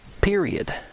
period